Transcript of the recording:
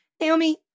Naomi